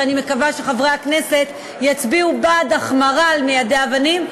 ואני מקווה שחברי הכנסת יצביעו בעד החמרה על מיידי אבנים,